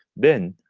then,